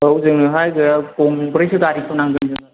औ जोंनोहाय गंब्रैसो गारिखौ नांगोन जोंनो